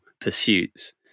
pursuits